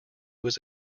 was